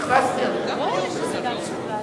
הכרזתי עליה.